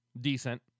decent